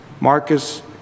Marcus